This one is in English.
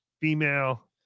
female